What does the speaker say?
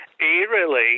eerily